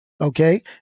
Okay